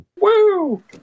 Woo